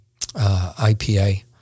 IPA